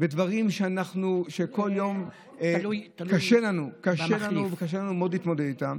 בדברים שבכל יום קשה לנו מאוד להתמודד איתם,